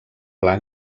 pla